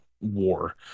war